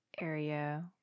area